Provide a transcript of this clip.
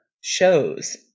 shows